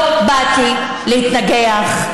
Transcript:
לא באתי להתנגח,